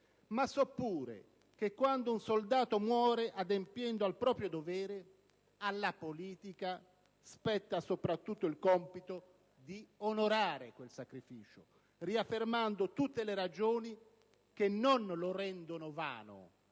anche che, quando un soldato muore adempiendo al proprio dovere, alla politica spetta soprattutto il compito di onorare quel sacrificio, riaffermando tutte quelle ragioni che non lo rendono vano: